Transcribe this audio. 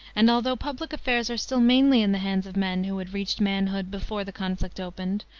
and although public affairs are still mainly in the hands of men who had reached manhood before the conflict opened,